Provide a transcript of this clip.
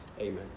Amen